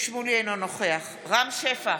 אינו נוכח רם שפע,